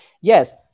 Yes